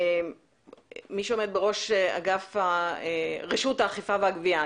ראש רשות האכיפה והגבייה,